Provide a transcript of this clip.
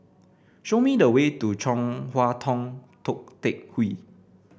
show me the way to Chong Hua Tong Tou Teck Hwee